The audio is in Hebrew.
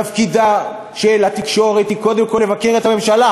תפקידה של התקשורת הוא קודם כול לבקר את הממשלה,